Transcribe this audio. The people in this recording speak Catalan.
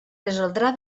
resoldrà